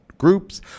groups